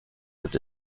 und